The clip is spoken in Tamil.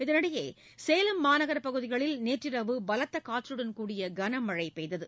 இதனிடையே சேலம் மாநகர பகுதிகளில் நேற்றிரவு பலத்த காற்றுடன் கூடிய கனமழை பெய்தது